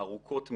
ארוכות מאוד,